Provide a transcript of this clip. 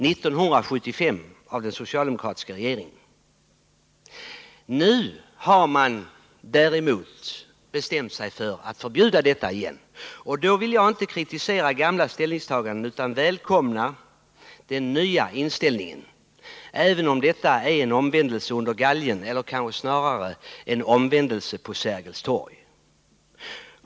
Nu har man återigen ändrat sig och bestämt sig för att förbjuda denna hantering, och då vill jag inte kritisera gamla ställningsta Nr 33 ganden utan välkomnar den nya inställningen — även om det är en Onsdagen den omvändelse under galgen eller kanske snarare en omvändelse på Sergels 21 november 1979 torg.